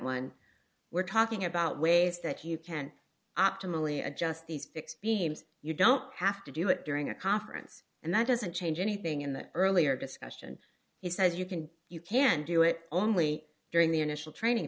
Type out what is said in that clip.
line we're talking about ways that you can add to milli adjust these fixed beings you don't have to do it during a conference and that doesn't change anything in the earlier discussion he says you can you can do it only during the initial training